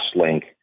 link